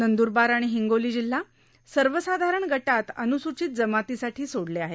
नंद्रबार आणि हिंगोली जिल्हा सर्वसाधारण गटात अनुसूचित जमातीसाठी सोडले आहेत